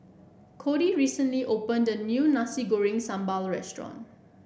Cody recently opened a new Nasi Goreng Sambal Restaurant